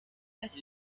passé